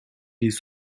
dies